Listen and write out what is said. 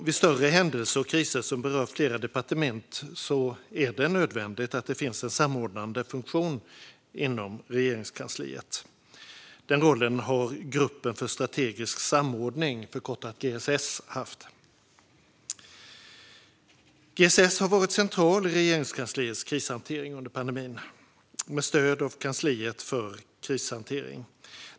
Vid större händelser och kriser som berör flera departement är det nödvändigt att det finns en samordnande funktion inom Regeringskansliet. Den rollen har gruppen för strategisk samordning, GSS, haft. GSS har varit central i Regeringskansliets krishantering under pandemin, med stöd av kansliet för krishantering.